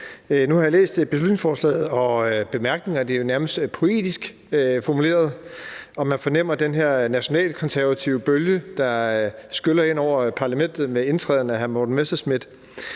Nu har jeg læst beslutningsforslaget og bemærkningerne, og det er jo nærmest poetisk formuleret. Man fornemmer den her nationalkonservative bølge, der skyller ind over parlamentet med hr. Morten Messerschmidts